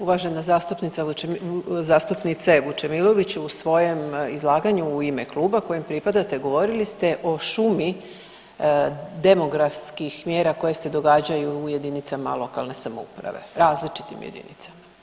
Uvažena zastupnice Vučemilović u svojem izlaganju u ime kluba kojem pripadate govorili ste o šumi demografskih mjer4a koje se događaju u jedinicama lokalne samouprave, različitim jedinicama.